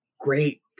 great